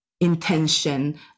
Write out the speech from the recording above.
intention